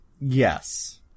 Yes